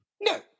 no